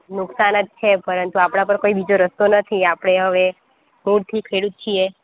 નુકશાન જ છે પરંતુ આપણા પર બીજો કોઈ રસ્તો નથી આપણે હવે મૂળથી ખેડૂત છીએ